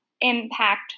impact